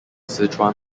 sichuan